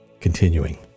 Continuing